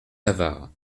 navarre